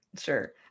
sure